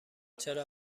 چرا